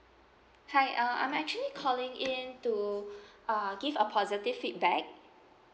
hi uh I'm actually calling in to uh give a positive feedback